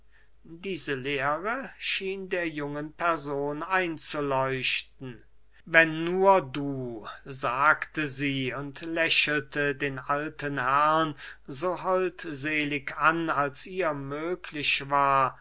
diese lehre schien der jungen person einzuleuchten wenn nur du sagte sie und lächelte den alten herrn so holdselig an als ihr möglich war